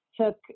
took